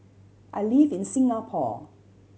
I live in Singapore